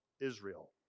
Israel